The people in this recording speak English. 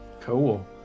Cool